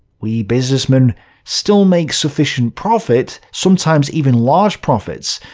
we businessmen still make sufficient profit, sometimes even large profits,